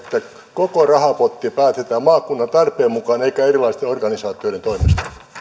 koko rahapotti päätetään maakunnan tarpeen mukaan eikä erilaisten organisaatioiden toimesta